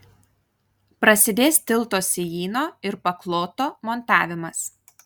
prasidės tilto sijyno ir pakloto montavimas